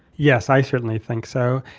yes, i certainly think so.